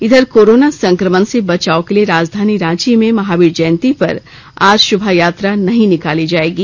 इधर कोरोना संकमण से बचाव के लिए राजधानी रांची में महावीर जयंती पर आज शोभायात्रा नहीं निकाली जाएगी